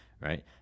right